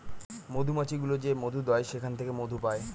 মধুমাছি গুলো যে মধু দেয় সেখান থেকে মধু পায়